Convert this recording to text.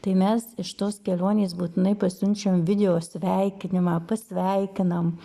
tai mes iš tos kelionės būtinai pasiunčiam videosveikinimą pasveikinam